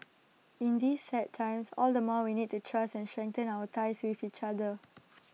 in these sad times all the more we need to trust and strengthen our ties with each other